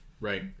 right